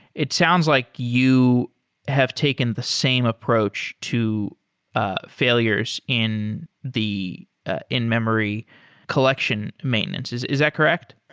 it sounds like you have taken the same approach to ah failures in the in-memory collection maintenance. is is that correct?